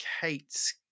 Kate